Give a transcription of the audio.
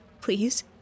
Please